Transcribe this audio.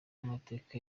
y’amateka